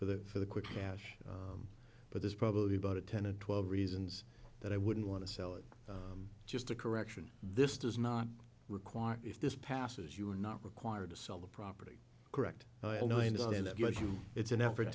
for that for the quick cash but there's probably about a ten to twelve reasons that i wouldn't want to sell it just a correction this does not require if this passes you are not required to sell the property correct well knowing that you it's an effort